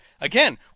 again